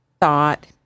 thought